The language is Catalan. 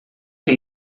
que